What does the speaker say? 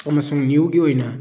ꯑꯃꯁꯨꯡ ꯅ꯭ꯌꯨꯒꯤ ꯑꯣꯏꯅ